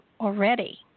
already